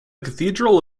cathedral